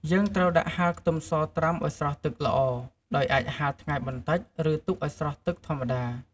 យើងត្រូវដាក់ហាលខ្ទឹមសត្រាំឱ្យស្រស់ទឹកល្អ ដោយអាចហាលថ្ងៃបន្តិច ឬទុកឱ្យស្រស់ទឹកធម្មតា។